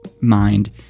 mind